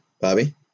Bobby